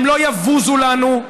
הם לא יבוזו לנו.